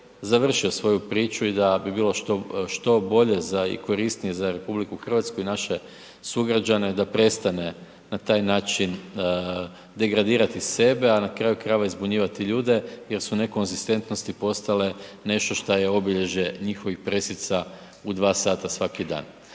završio svoju priču i da bi bilo što, što bolje za i korisnije za RH i naše sugrađane da prestane na taj način degradirati sebe, a na kraju krajeva i zbunjivati ljude jer su nekonzistentnosti postale nešto šta je obilježje njihovih presica u 2 sata svaki dan.